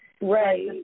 Right